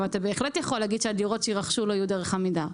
אתה בהחלט יכול להגיד שהדירות שיירכשו לא יהיו דרך עמידר.